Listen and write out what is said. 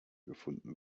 gefunden